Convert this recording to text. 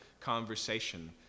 conversation